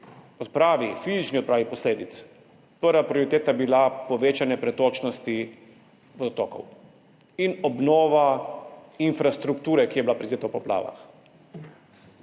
pri fizični odpravi posledic prva prioriteta povečanje pretočnosti vodotokov in obnova infrastrukture, ki je bila prizadeta v poplavah.